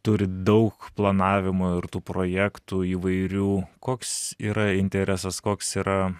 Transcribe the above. turi daug planavimo ir tų projektų įvairių koks yra interesas koks yra